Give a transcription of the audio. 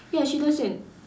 ya she doesn't